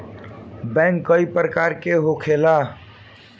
bank कई प्रकार के होखेला